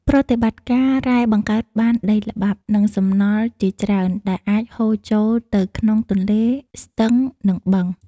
ប្រតិបត្តិការរ៉ែបង្កើតបានដីល្បាប់ និងសំណល់ជាច្រើន ដែលអាចហូរចូលទៅក្នុងទន្លេ ស្ទឹង និងបឹង ។